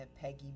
Peggy